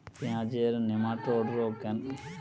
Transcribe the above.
পেঁয়াজের নেমাটোড রোগ কেন হয়?